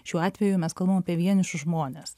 šiuo atveju mes kalbam apie vienišus žmones